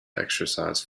exercise